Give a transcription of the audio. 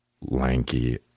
lanky